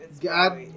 God